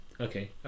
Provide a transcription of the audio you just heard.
Okay